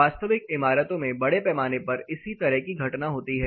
वास्तविक इमारतों में बड़े पैमाने पर इसी तरह की घटना होती हैं